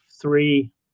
three